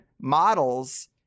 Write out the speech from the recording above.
models